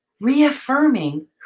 reaffirming